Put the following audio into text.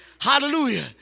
Hallelujah